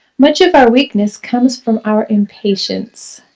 much of our weakness comes from our impatience.